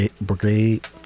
Brigade